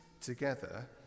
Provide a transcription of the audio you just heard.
together